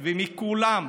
מכולם.